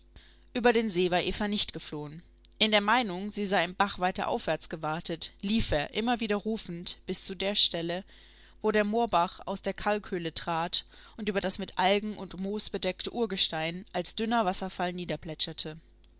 über den see war eva nicht geflohen in der meinung sie sei im bach weiter aufwärts gewatet lief er immer wieder rufend bis zu der stelle wo der moorbach aus der kalkhöhle trat und über das mit algen und moos bedeckte urgestein als dünner wasserfall